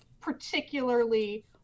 particularly